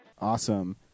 Awesome